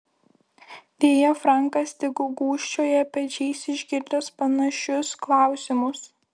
deja frankas tik gūžčioja pečiais išgirdęs panašius klausimus